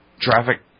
traffic